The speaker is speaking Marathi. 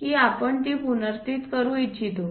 की आपण ती पुनर्स्थित करू इच्छितो